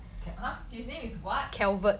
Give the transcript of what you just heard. ca~ his name is what